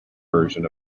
version